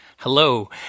Hello